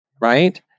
Right